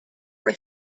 were